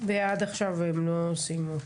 ועד עכשיו הם לא סיימו.